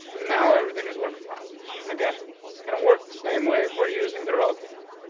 now everything is working for him and again this is gonna work the same way. if we're using the relative, but